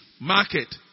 market